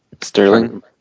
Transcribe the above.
Sterling